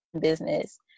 business